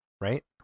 Right